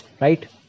Right